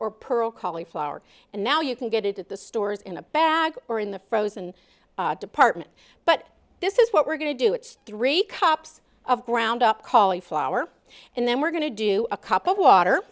pearl callie flour and now you can get it at the stores in a bag or in the frozen department but this is what we're going to do it's three cups of ground up call the flour and then we're going to do a cup of water